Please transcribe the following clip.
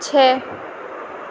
چھ